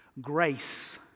Grace